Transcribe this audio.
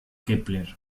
kepler